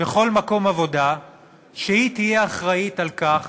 בכל מקום עבודה שתהיה אחראית לכך